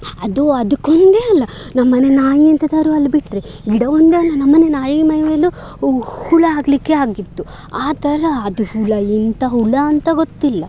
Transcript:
ಅದು ಅದಕ್ಕೊಂದೆ ಅಲ್ಲ ನಮ್ಮ ಮನೆ ನಾಯಿ ಅಂತ ತರುವಲ್ಲಿ ಬಿಟ್ಟರೆ ಗಿಡ ಒಂದೇ ಅಲ್ಲ ನಮ್ಮ ಮನೆ ನಾಯಿ ಮೈಮೇಲೂ ಹುಳು ಆಗಲಿಕ್ಕೆ ಆಗಿತ್ತು ಆ ಥರ ಅದು ಹುಳು ಎಂಥ ಹುಳು ಅಂತ ಗೊತ್ತಿಲ್ಲ